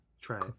Try